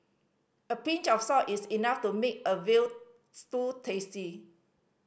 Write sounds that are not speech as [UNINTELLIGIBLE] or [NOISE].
a pinch of salt is enough to make a veal [UNINTELLIGIBLE] tasty